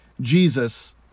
Jesus